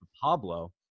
pablo